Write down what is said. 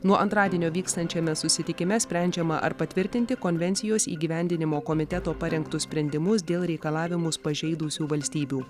nuo antradienio vykstančiame susitikime sprendžiama ar patvirtinti konvencijos įgyvendinimo komiteto parengtus sprendimus dėl reikalavimus pažeidusių valstybių